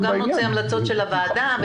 גם נוציא המלצות של הוועדה.